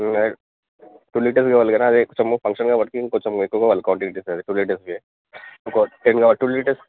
two లీటర్ది కావాలి కదా అదే కొంచెంము ఫంక్షన్గా కాబట్టి కొంచెం ఎక్కువగా కావాలి క్వాంటిటీ సరే టూ లీటర్స్ది ఒక టెన్ కావాలి టూ లీటర్స్